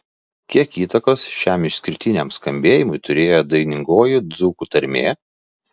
kiek įtakos šiam išskirtiniam skambėjimui turėjo dainingoji dzūkų tarmė